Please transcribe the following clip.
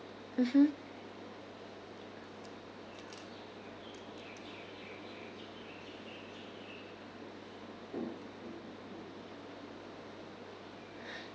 mmhmm